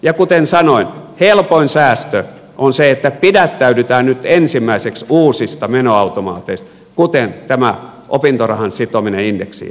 ja kuten sanoin helpoin säästö on se että pidättäydytään nyt ensimmäiseksi uusista menoautomaateista kuten tämä opintorahan sitominen indeksiin on